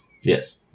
Yes